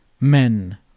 men